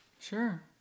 Sure